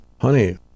Honey